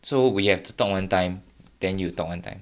so we have to talk one time then you talk one time